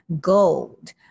gold